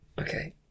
Okay